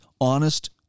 honest